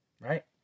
Right